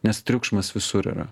nes triukšmas visur yra